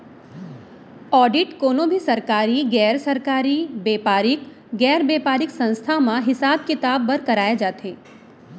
audit कोनो भी सरकारी, गैर सरकारी, बेपारिक, गैर बेपारिक संस्था म हिसाब किताब बर कराए जाथे